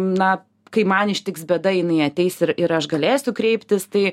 na kai man ištiks bėda jinai ateis ir ir aš galėsiu kreiptis tai